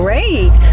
Great